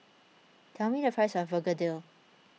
tell me the price of Begedil